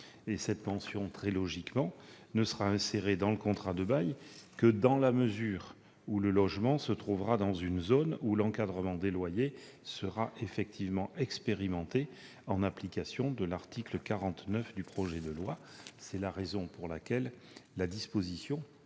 Cette mention, très logiquement, ne sera insérée dans le contrat de bail que dans la mesure où le logement se trouvera dans une zone où l'encadrement des loyers sera effectivement expérimenté, en application de l'article 49 du projet de loi. C'est la raison pour laquelle la disposition ne